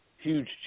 huge